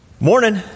Morning